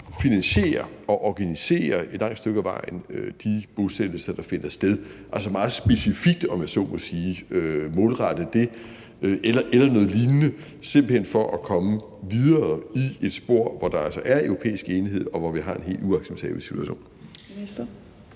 finansierer og organiserer de bosættelser, der finder sted, altså meget specifikt målrette det, om man så må sige, eller noget lignende for simpelt hen at komme videre i et spor, hvor der altså er europæisk enighed, og hvor vi har en helt uacceptabel situation.